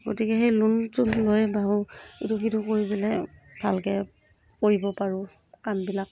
গতিকে সেই লোনটো লৈয়ে বাৰু ইটো সিটো কৰি পেলাই ভালকৈ কৰিব পাৰোঁ কামবিলাক